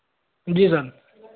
जी sir